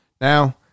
Now